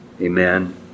Amen